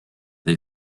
they